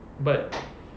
but